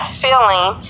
feeling